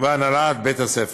והנהלת בית-הספר.